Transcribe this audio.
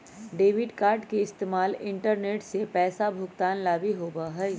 debit card के इस्तेमाल internet से पैसा भुगतान ला भी होबा हई